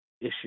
issue